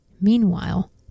Meanwhile